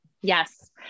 Yes